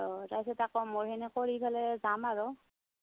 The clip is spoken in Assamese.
অঁ তাৰপিছত আকৌ মোৰ সিনি কৰি ফেলে যাম আৰু